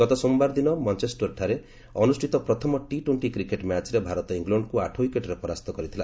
ଗତ ସୋମବାର ଦିନ ମାଞ୍ଚେଷ୍ଟରଠାରେ ଅନୁଷ୍ଠିତ ପ୍ରଥମ ଟି ଟୋର୍କ୍ଟି କ୍ରିକେଟ୍ ମ୍ୟାଚ୍ରେ ଭାରତ ଇଂଲଣ୍ଡକୁ ଆଠ ୱିକେଟ୍ରେ ପରାସ୍ତ କରିଥିଲା